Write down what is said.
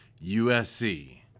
USC